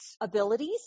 abilities